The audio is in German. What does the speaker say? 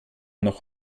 noch